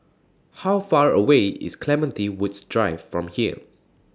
How Far away IS Clementi Woods Drive from here